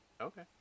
Okay